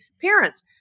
parents